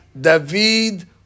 David